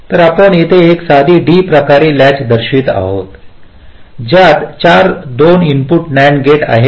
तर आपण येथे एक साधी D प्रकार लॅच दर्शवित आहोत ज्यात 4 दोन इनपुट NAND गेट आहेत